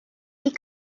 die